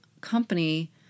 company